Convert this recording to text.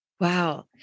Wow